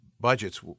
Budgets